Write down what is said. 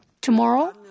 tomorrow